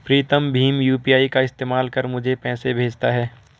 प्रीतम भीम यू.पी.आई का इस्तेमाल कर मुझे पैसे भेजता है